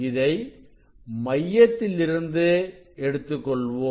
இதைமையத்திலிருந்து எடுத்துக்கொள்வோம்